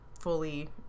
fully